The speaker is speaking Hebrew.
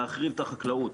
להחריב את החקלאות.